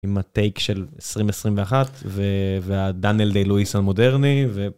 עם הטייק של 2021, והדניאל דיי-לואיס המודרני, ו...